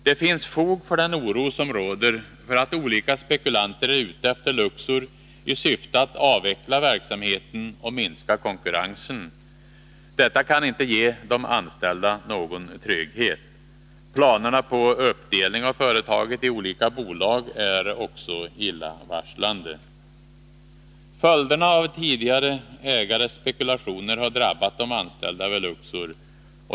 Det finns fog för den oro som råder för att olika spekulanter är ute efter Luxor i syfte att avveckla verksamheten och minska konkurrensen. Detta kan inte ge de anställda någon trygghet. Planerna på uppdelning av företaget i olika bolag är också illavarslande. Följderna av tidigare ägares spekulationer har drabbat de anställda vid Luxor.